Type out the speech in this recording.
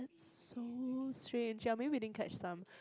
so strange ya maybe we didn't catch some